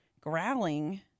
growling